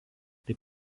taip